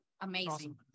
Amazing